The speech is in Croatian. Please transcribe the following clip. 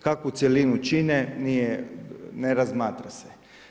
Kakvu cjelinu čine nije, ne razmatra se.